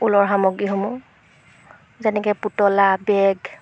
ঊলৰ সামগ্ৰীসমূহ যেনেকৈ পুতলা বেগ